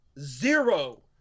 zero